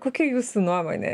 kokia jūsų nuomonė